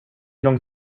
lång